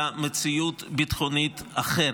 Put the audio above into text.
למציאות ביטחונית אחרת.